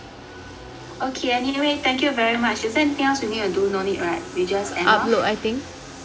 okay anyway thank you very much is there anything else we need to do no need right we just end off